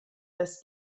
das